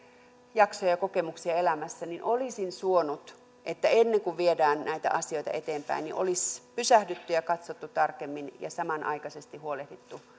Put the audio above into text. jaksoja ja kokemuksia elämässä ja olisin suonut että ennen kuin viedään näitä asioita eteenpäin niin olisi pysähdytty ja katsottu tarkemmin ja samanaikaisesti huolehdittu